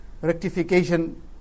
rectification